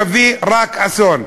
תביא רק אסון.